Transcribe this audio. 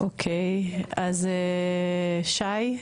אוקיי, אז שי,